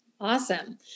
Awesome